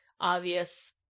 obvious